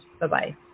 Bye-bye